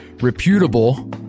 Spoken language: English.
reputable